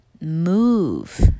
move